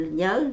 nhớ